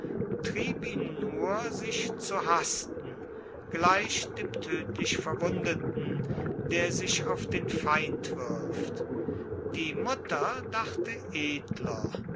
trieb ihn nur sich zu hasten gleich dem tödlich verwundeten der sich auf den feind wirft die mutter dachte edler